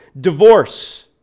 Divorce